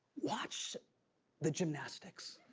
watch the gymnastics.